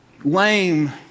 lame